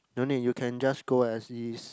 no need you can just go as is